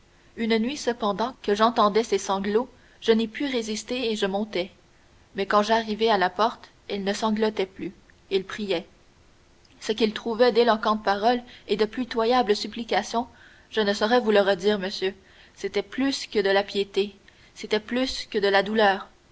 une nuit cependant que j'entendais ses sanglots je n'y pus résister et je montai mais quand j'arrivai à la porte il ne sanglotait plus il priait ce qu'il trouvait d'éloquentes paroles et de pitoyables supplications je ne saurais vous le redire monsieur c'était plus que de la piété c'était plus que de la douleur